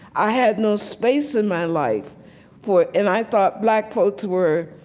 i had no space in my life for and i thought black folks were